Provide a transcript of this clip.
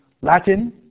Latin